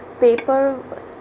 paper